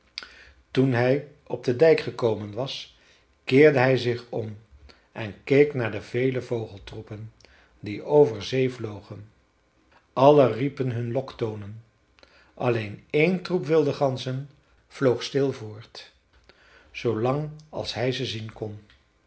toen hij op den dijk gekomen was keerde hij zich om en keek naar de vele vogeltroepen die over zee vlogen alle riepen hun loktonen alleen één troep wilde ganzen vloog stil voort zoolang als hij ze zien kon